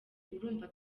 urumva